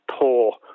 poor